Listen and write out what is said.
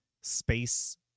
space